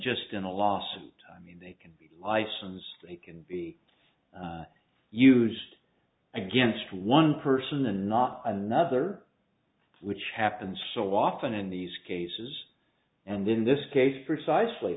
just in a lawsuit i mean they can license they can be used against one person and not another which happens so often in these cases and in this case precisely